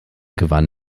gewann